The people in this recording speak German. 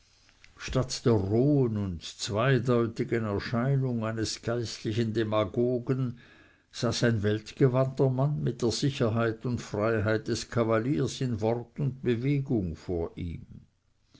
statt der rohen und zweideutigen erscheinung eines geistlichen demagogen saß ein weltgewandter mann mit der sicherheit und freiheit des kavaliers in wort und bewegung vor ihm